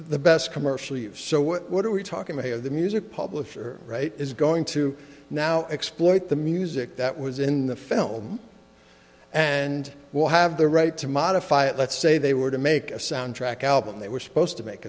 the best commercially of so what are we talking here of the music publisher right is going to now exploit the music that was in the film and will have the right to modify it let's say they were to make a soundtrack album they were supposed to make